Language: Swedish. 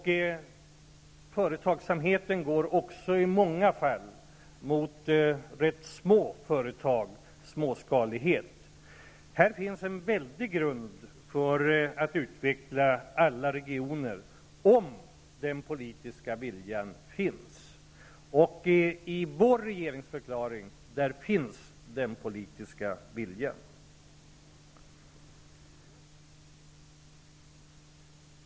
Företagsamheten går också i många fall mot rätt små företag, småskalighet. Här finns en väldig grund för att utveckla alla regioner, om den politiska viljan finns. I vår regeringsförklaring finns den politiska viljan.